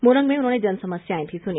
मूरंग में उन्होंने जनसमस्याएं भी सुनी